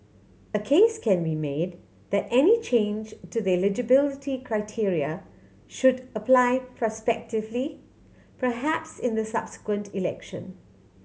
a case can be made that any change to the eligibility criteria should apply prospectively perhaps in the subsequent election